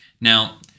Now